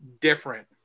Different